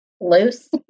loose